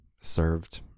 served